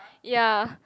ya